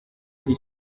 die